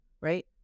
Right